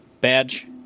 Badge